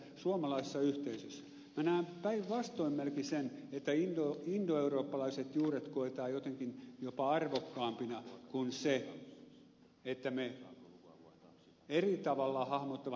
minä näen päinvastoin sen että indoeurooppalaiset juuret koetaan jotenkin jopa arvokkaampina kuin se että me eri tavalla hahmottavan